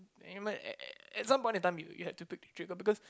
it might at at some point on time you have to put a trigger because